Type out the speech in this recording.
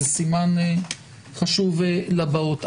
זה סימן חשוב לבאות.